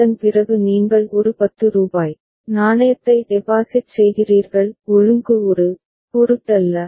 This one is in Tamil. அதன் பிறகு நீங்கள் ஒரு ரூபாய் 10 நாணயத்தை டெபாசிட் செய்கிறீர்கள் ஒழுங்கு ஒரு பொருட்டல்ல